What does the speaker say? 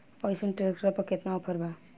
अइसन ट्रैक्टर पर केतना ऑफर बा?